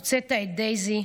הוצאת את דייזי,